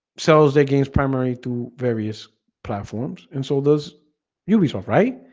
sells their games primarily to various platforms and so does ubisoft right?